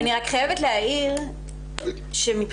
אני חייבת להעיר שמבחינה